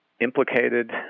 implicated